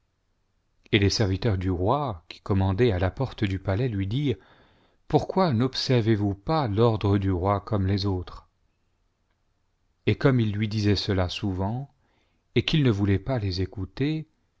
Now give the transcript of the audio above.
et les serviteurs du roi qui commandaient à la porte du palais lui dirent pourquoi n'observez vous pas l'ordre du roi comme les autres et comme ils lui disaient cela souvent et qu'il ne voulait pas les écouter